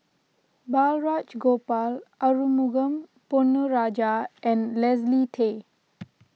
Balraj Gopal Arumugam Ponnu Rajah and Leslie Tay